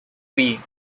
greens